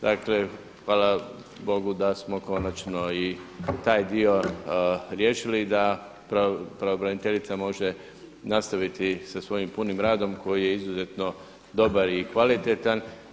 Dakle hvala Bogu da smo konačno i taj dio riješili i da pravobraniteljica može nastaviti sa svojim punim radom koji je izuzetno dobar i kvalitetan.